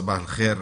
צבאח אל-ח'יר.